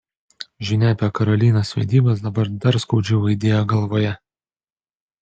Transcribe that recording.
žinia apie karolinos vedybas dabar dar skaudžiau aidėjo galvoje